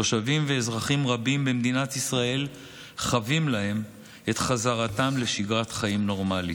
תושבים ואזרחים במדינת ישראל חבים להם את חזרתם לשגרת חיים נורמלית.